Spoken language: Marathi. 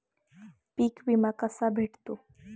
पीक विमा कसा भेटतो?